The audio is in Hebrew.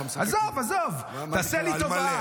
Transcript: עזוב, עזוב, תעשה לי טובה.